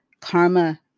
karma